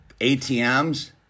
ATMs